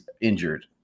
injured